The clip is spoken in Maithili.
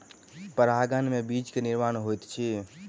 परागन में बीज के निर्माण होइत अछि